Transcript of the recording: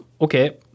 okay